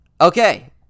okay